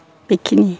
बेखिनि